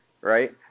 Right